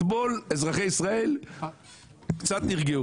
אתמול אזרחי ישראל קצת נרגעו.